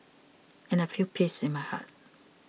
and I feel peace in my heart